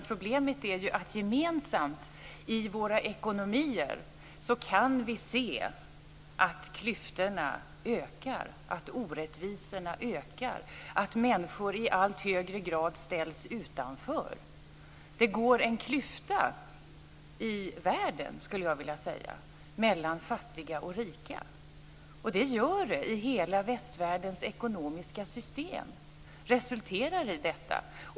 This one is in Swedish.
Problemet är att vi gemensamt i våra ekonomier kan se att klyftorna ökar, att orättvisorna ökar, att människor i allt högre grad ställs utanför. Det går en klyfta i världen, skulle jag vilja säga, mellan fattiga och rika. Hela västvärldens ekonomiska system resulterar i detta.